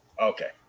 okay